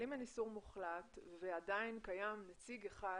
אם אין איסור מוחלט ועדיין קיים נציג אחד